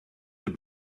have